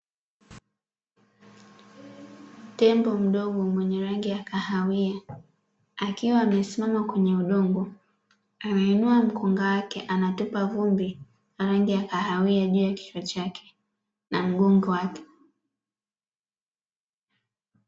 Tembo mdogo mwenye rangi rangi kahawia, akiwa amesimama kwenye udongo. Anainua mkonga wake anatupa vumbi la rangi ya kahawia juu ya kichwa na mgongo wake.